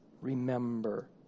remember